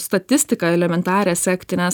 statistiką elementarią sekti nes